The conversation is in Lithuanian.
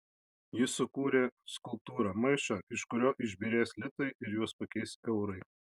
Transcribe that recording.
jis sukūrė skulptūrą maišą iš kurio išbyrės litai ir juos pakeis eurai